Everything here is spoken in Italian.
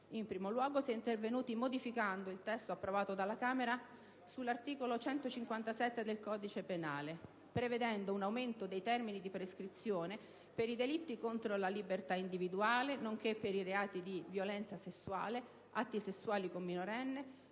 In primo luogo si è intervenuti, modificando il testo approvato dalla Camera, sull'articolo 157 del codice penale, prevedendo un aumento dei termini di prescrizione per i delitti contro la libertà individuale, nonché per i reati di violenza sessuale, atti sessuali con minorenne,